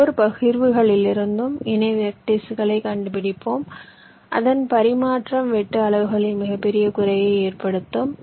ஒவ்வொரு பகிர்வுகளிலிருந்தும் இணை வெர்டிஸ்களைக் கண்டுபிடிப்போம் அதன் பரிமாற்றம் வெட்டு அளவுகளில் மிகப்பெரிய குறைவை ஏற்படுத்தும்